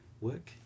work